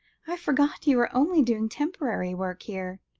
i forgot you are only doing temporary work here.